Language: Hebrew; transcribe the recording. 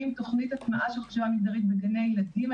תוכנית הטמעה של חשיבה מגדרית בגני ילדים.